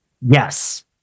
Yes